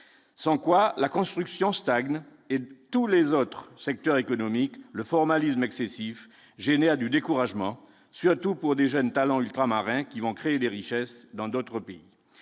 sans quoi la construction stagne et tous les autres secteurs économiques le formalisme excessif génère du découragement, surtout pour des jeunes talents ultramarins qui vont créer des richesses dans d'autres pays,